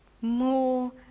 more